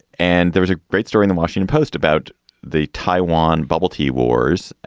and there's a great during the washington post about the taiwan bubble. tea wars.